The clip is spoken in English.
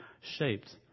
shaped